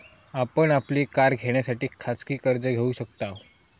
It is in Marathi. आपण आपली कार घेण्यासाठी खाजगी कर्ज घेऊ शकताव